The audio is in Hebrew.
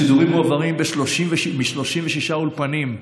השידורים מועברים מ-36 אולפנים.